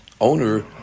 owner